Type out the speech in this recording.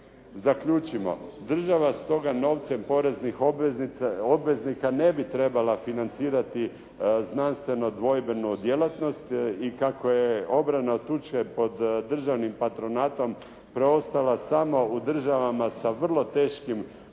Zaključimo, država stoga novcem poreznih obveznika ne bi trebala financirati znanstveno dvojbenu djelatnost i kako je obrana od tuče pod državnim patronatom preostala samo u državama sa vrlo teškim